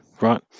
right